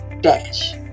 dash